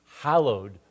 Hallowed